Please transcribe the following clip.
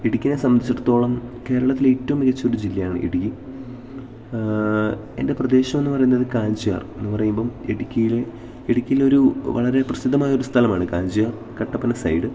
ഇടുക്കീനെ സംബന്ധിച്ചിടത്തോളം കേരളത്തിലെ ഏറ്റവും മികച്ച ഒരു ജില്ലയാണ് ഇടുക്കി എൻ്റെ പ്രദേശമെന്നു പറയുന്നത് കാഞ്ചിയാർ എന്ന് പറയുമ്പോള് ഇടുക്കിയിലെ ഇടുക്കിയിലൊരു വളരെ പ്രസിദ്ധമായൊരു സ്ഥലമാണ് കാഞ്ചിയാർ കട്ടപ്പന സൈഡ്